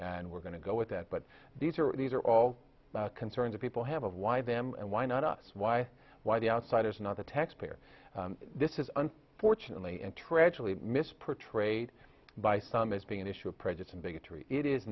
and we're going to go with that but these are these are all the concerns of people have of why them and why not us why why the outsiders not the taxpayer this isn't fortunately and tragically miss portrayed by some as being an issue of prejudice and bigotry it is